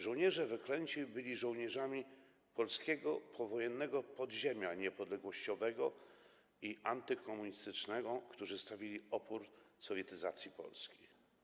Żołnierze wyklęci byli żołnierzami polskiego powojennego podziemia niepodległościowego i antykomunistycznego, którzy stawili opór sowietyzacji Polski.